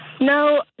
No